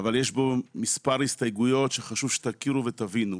אבל יש פה מספר הסתייגויות שחשוב שתכירו ותבינו.